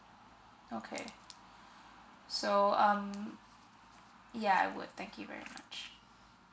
okay so um ya I would thank you very much